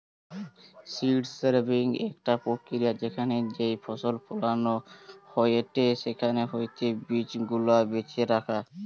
seed saving একটা প্রক্রিয়া যেখানে যেই ফসল ফলন হয়েটে সেখান হইতে বীজ গুলা বেছে রাখা